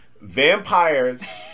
Vampires